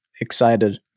excited